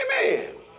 Amen